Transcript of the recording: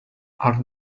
are